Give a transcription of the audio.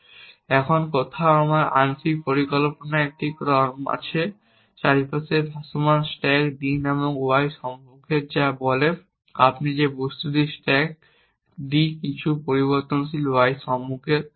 এবং এখন কোথাও আমার আংশিক পরিকল্পনা একটি কর্ম আছে চারপাশে ভাসমান স্ট্যাক d নামক y সম্মুখের যা বলে যে আপনি এই বস্তুটি স্ট্যাক d কিছু পরিবর্তনশীল y সম্মুখের